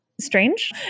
strange